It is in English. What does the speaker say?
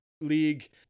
League